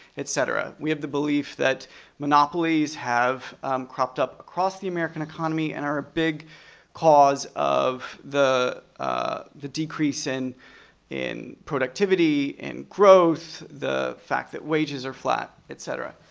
et cetera. we have the belief that monopolies have cropped up across the american economy and are a big cause of the ah the decrease in in productivity, and growth, the fact that wages are flat, et cetera.